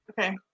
Okay